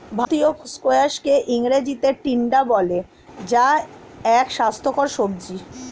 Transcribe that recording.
ভারতীয় স্কোয়াশকে ইংরেজিতে টিন্ডা বলে যা এক স্বাস্থ্যকর সবজি